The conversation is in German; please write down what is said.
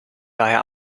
daher